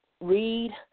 read